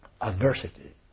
adversity